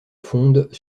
fonde